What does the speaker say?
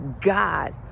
God